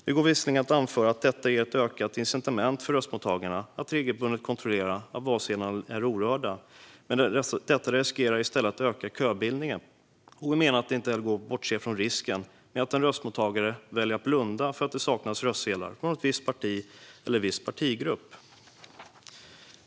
Det går visserligen att anföra att detta ger ett ökat incitament för röstmottagarna att regelbundet kontrollera att valsedlarna är orörda, men detta riskerar i stället att öka köbildningen. Vi menar att det inte heller går att bortse från risken att en röstmottagare väljer att blunda för att det saknas röstsedlar från ett visst parti eller en viss partigrupp.